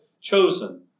chosen